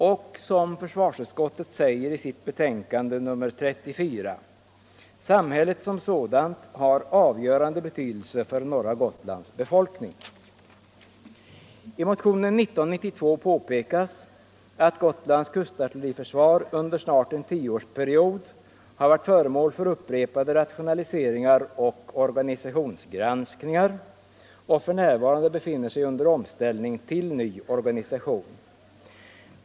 Och - som försvarsutskottet säger i sitt betänkande nr 34 — samhället som sådant har avgörande betydelse för norra Gotlands befolkning. I motionen 1992 påpekas att Gotlands kustartilleriförsvar under snart en tioårsperiod varit föremål för upprepade rationaliseringar och organisationsgranskningar och för närvarande befinner sig under omställning till ny organisation.